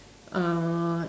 uh